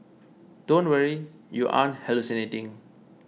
don't worry you aren't hallucinating